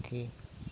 ᱦᱩᱠᱤ